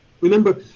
remember